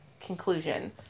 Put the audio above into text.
conclusion